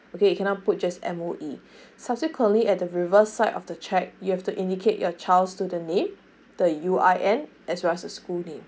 okay you cannot put just M_O_E subsequently at the reverse side of the checque you have to indicate your child student name the U I N as well as the school name